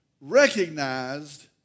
recognized